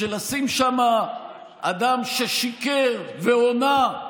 בשביל לשים שם אדם ששיקר והונה, אני